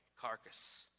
carcass